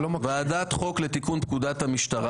ועדת חוק לתיקון פקודת המשטרה.